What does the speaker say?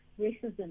racism